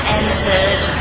entered